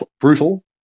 Brutal